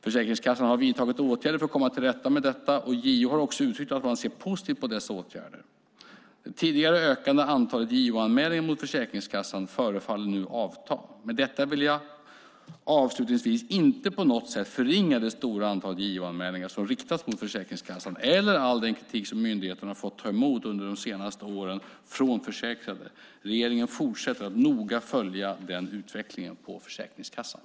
Försäkringskassan har vidtagit åtgärder för att komma till rätta med detta, och JO har också uttryckt att man ser positivt på dessa åtgärder. Det tidigare ökande antalet JO-anmälningar mot Försäkringskassan förefaller nu också avta. Med detta sagt vill jag avslutningsvis inte på något sätt förringa det stora antalet JO-anmälningar som riktats mot Försäkringskassan eller all den kritik som myndigheten har fått ta emot under de senaste åren från försäkrade. Regeringen fortsätter att noga följa utvecklingen på Försäkringskassan.